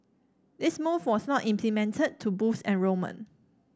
this move was not implemented to boost enrolment